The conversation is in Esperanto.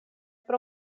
pro